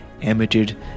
emitted